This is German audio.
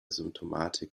symptomatik